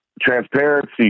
Transparency